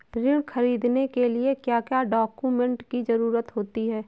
ऋण ख़रीदने के लिए क्या क्या डॉक्यूमेंट की ज़रुरत होती है?